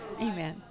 Amen